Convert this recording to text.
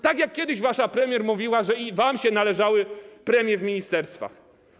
Tak jak kiedyś wasza premier mówiła, że i wam się należały premie w ministerstwach.